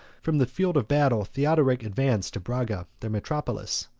from the field of battle theodoric advanced to braga, their metropolis,